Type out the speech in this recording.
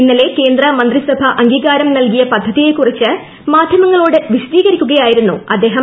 ഇന്നലെ കേന്ദ്രമന്ത്രിസഭ അംഗീകാരം നൽകിയ പദ്ധതിയെക്കുറിച്ച് മാധ്യമങ്ങളോട് വിശദീകരിക്കുകയായിരുന്നു അദ്ദേഹം